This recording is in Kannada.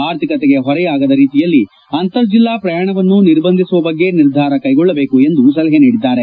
ಆರ್ಥಿಕತೆಗೆ ಹೊರೆಯಾಗದ ರೀತಿಯಲ್ಲಿ ಅಂತರ್ ಜಿಲ್ಲಾ ಪ್ರಯಾಣವನ್ನು ನಿರ್ಬಂಧಿಸುವ ಬಗ್ಗೆ ನಿರ್ಧಾರ ಕೈಗೊಳ್ಳಬೇಕು ಎಂದು ಸಲಹೆ ನೀಡಿದ್ದಾರೆ